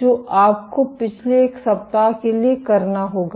जो आपको पिछले एक सप्ताह के लिए करना होगा